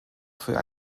für